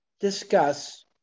discuss